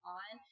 on